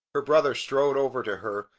her brother strode over to her,